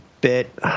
bit